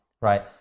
right